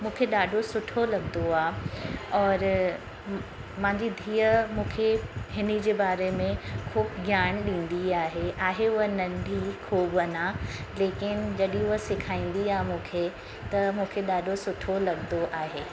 मूंखे ॾाढो सुठो लॻंदो आहे और मांजी धीअ मूंखे हिनजे बारे में ख़ूबु ज्ञान ॾींदी आहे आहे उहा नंढी ख़ूबु अञा लेकिनि जॾहिं उहा सेखारींदी आहे मूंखे त मूंखे ॾाढो सुठो लॻंदो आहे